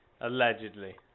Allegedly